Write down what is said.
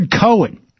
Cohen